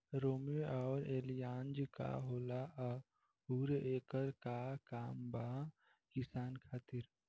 रोम्वे आउर एलियान्ज का होला आउरएकर का काम बा किसान खातिर?